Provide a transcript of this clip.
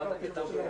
הישיבה